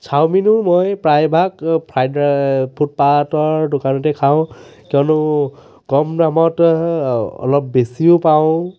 চাওমিনো মই প্ৰায়ভাগ fried rice ফুটপাথৰ দোকানতে খাওঁ কিয়নো কম দামত অলপ বেছিও পাওঁ